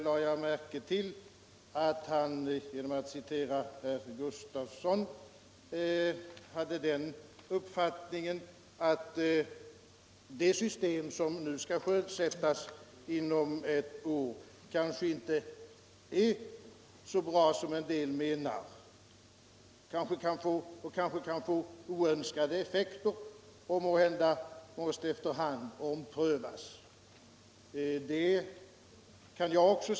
Jag lade märke till att han - genom att han citerade herr Gustafsson i Barkarby — hade den uppfattningen att det system som nu skall sjösättas inom ett år kanske inte är så bra som en del menar. Det kan få oönskade effekter och måste måhända efter hand omprövas. Det anser jag också.